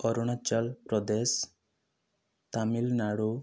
Arunachal Pradesh Tamil Nadu